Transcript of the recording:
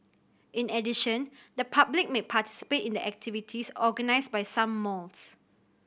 in addition the public may participate in the activities organised by some malls